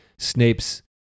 Snape's